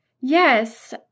Yes